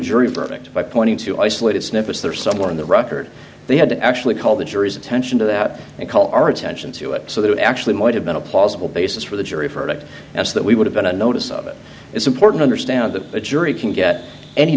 jury verdict by pointing to isolated snippets there somewhere in the record they had to actually call the jury's attention to that and call our attention to it so that it actually might have on a plausible basis for the jury verdict as that we would have been a notice of it it's important understand that a jury can get any